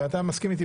ואתה מסכים איתי,